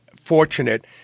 fortunate